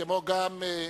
כמו גם,